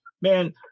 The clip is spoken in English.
man –